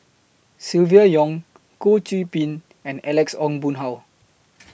Silvia Yong Goh Qiu Bin and Alex Ong Boon Hau